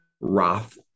Roth